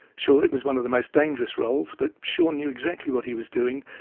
sure, it was one of the most dangerous roles. but shaun knew exactly what he was doing.